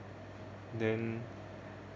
then